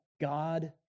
God